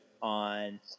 on